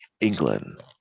England